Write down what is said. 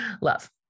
Love